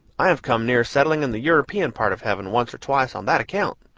i have come near settling in the european part of heaven once or twice on that account.